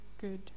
good